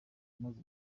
maze